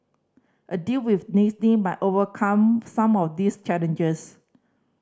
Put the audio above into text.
a deal with Disney might overcome some of these challenges